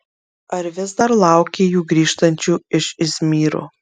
ar vis dar laukė jų grįžtančių iš izmyro